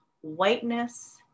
whiteness